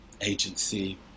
agency